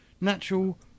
natural